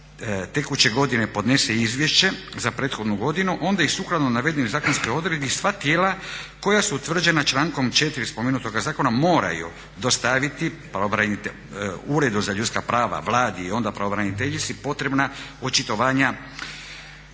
tekuće godine podnese izvješće za prethodnu godinu onda i sukladno navedenoj zakonskoj odredbi sva tijela koja su utvrđena člankom 4. spomenutoga zakona moraju dostaviti Uredu za ljudska prava, Vladi i onda pravobraniteljici potrebna očitovanja.